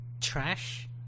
Trash